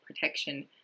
protection